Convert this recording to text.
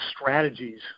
strategies